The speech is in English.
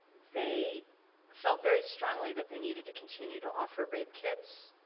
they felt very strongly that they needed to continue to offer rape kits,